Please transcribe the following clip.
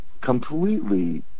completely